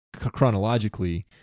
chronologically